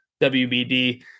WBD